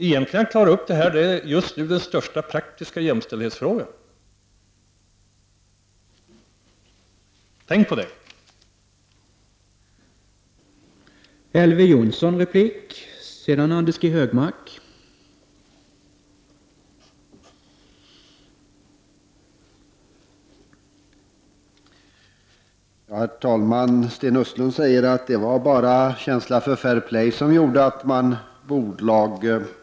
Att klara upp det här är egentligen den största praktiska jämställdhetsfrågan just nu. Tänk på det!